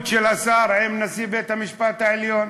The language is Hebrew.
של השר עם נשיא בית-המשפט העליון,